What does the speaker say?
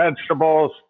vegetables